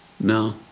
no